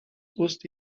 ust